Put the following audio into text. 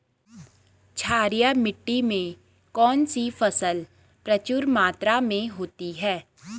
क्षारीय मिट्टी में कौन सी फसल प्रचुर मात्रा में होती है?